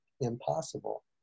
impossible